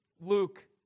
Luke